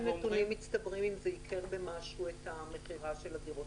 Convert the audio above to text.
נתונים מצטברים אם זה ייקר במשהו את המכירה של הדירות,